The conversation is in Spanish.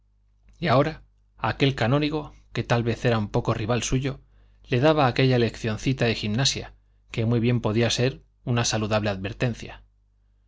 y ahora aquel canónigo que tal vez era un poco rival suyo le daba aquella leccioncita de gimnasia que muy bien podía ser una saludable advertencia